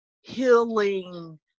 healing